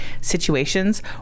situations